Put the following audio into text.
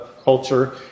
culture